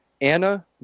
Anna